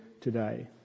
today